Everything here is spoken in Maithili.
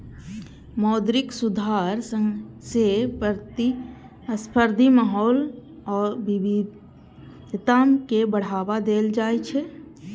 मौद्रिक सुधार सं प्रतिस्पर्धी माहौल आ विविधता कें बढ़ावा देल जाइ छै